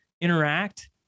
interact